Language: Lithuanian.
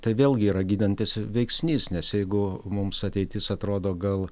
tai vėlgi yra gydantis veiksnys nes jeigu mums ateitis atrodo gal